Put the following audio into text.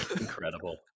incredible